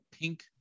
pink